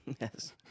Yes